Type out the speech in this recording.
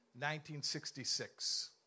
1966